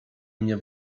mnie